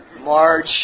March